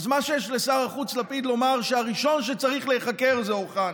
אז מה שיש לשר החוץ לפיד לומר זה שהראשון שצריך להיחקר זה אוחנה.